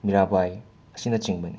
ꯃꯤꯔꯥꯕꯥꯏ ꯑꯁꯤꯅꯆꯤꯡꯕꯅꯤ